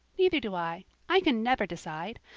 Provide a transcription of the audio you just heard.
neither do i. i can never decide.